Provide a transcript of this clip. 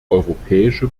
europäische